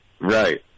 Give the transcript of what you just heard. Right